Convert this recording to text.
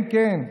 כן, כן.